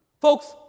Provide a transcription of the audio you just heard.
Folks